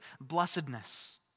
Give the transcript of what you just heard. blessedness